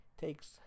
takes